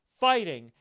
fighting